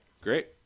great